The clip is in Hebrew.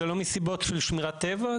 זה לא מסיבות של שמירת טבע,